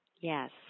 Yes